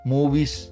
Movies